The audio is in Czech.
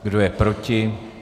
Kdo je proti?